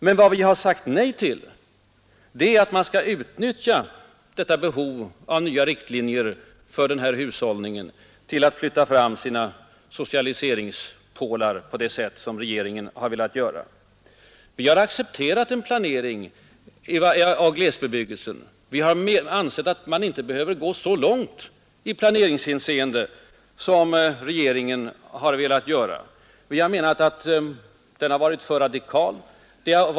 Men vad vi har sagt nej till är att man skall utnyttja behovet av nya riktlinjer för denna hushållning till att flytta fram sina socialiseringspålar på det sätt som regeringen har velat göra. Vi har accepterat en viss planering av glesbebyggelsen. Men vi har ansett att man inte behöver gå så långt i planeringshänseende som regeringen velat göra. Vi har ansett att den har varit för radikal.